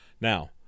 Now